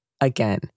Again